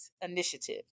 initiative